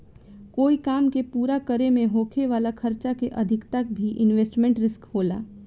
कोई काम के पूरा करे में होखे वाला खर्चा के अधिकता भी इन्वेस्टमेंट रिस्क होला